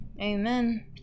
Amen